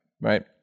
right